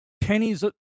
pennies